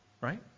Right